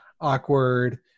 awkward